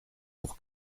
pour